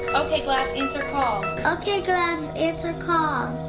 okay glass, answer call. okay glass, answer call.